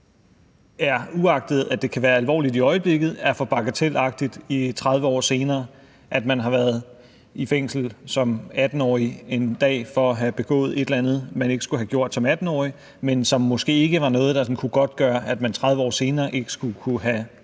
uagtet at det kan være alvorligt i øjeblikket, er for bagatelagtigt 30 år senere; altså at man har været i fængsel som 18-årig engang for at have begået et eller andet, man ikke skulle have gjort som 18-årig, men som måske ikke var noget, der sådan kunne godtgøre, at man 30 år senere ikke skulle kunne have